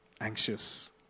anxious